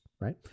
right